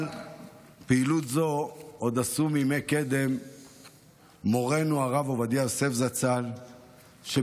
אבל פעילות זו עוד עשו מימי קדם מורנו הרב עובדיה יוסף זצ"ל יחד